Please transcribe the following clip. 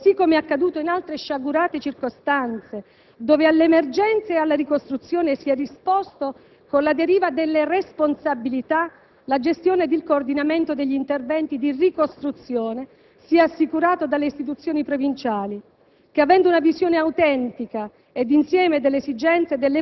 Deve essere altresì impegno del Governo evitare ciò che è accaduto in altre sciagurate circostanze, dove all'emergenza e alla ricostruzione si è risposto con la deriva delle responsabilità. La gestione e il coordinamento degli interventi di ricostruzione deve essere assicurato dalle istituzioni provinciali